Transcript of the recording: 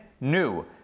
new